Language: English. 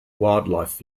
wildlife